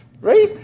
Right